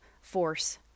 force